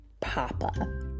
Papa